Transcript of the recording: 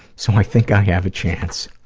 so i think i have a chance.